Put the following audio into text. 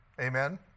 Amen